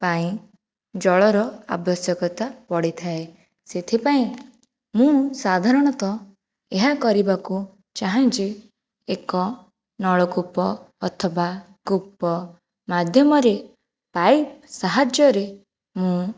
ପାଇଁ ଜଳର ଆବଶ୍ୟକତା ପଡ଼ିଥାଏ ସେଥିପାଇଁ ମୁଁ ସାଧାରଣତଃ ଏହା କରିବାକୁ ଚାହେଁ ଯେ ଏକ ନଳକୂପ ଅଥବା କୂପ ମାଧ୍ୟମରେ ପାଇପ ସାହାଯ୍ୟରେ ମୁଁ